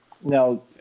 Now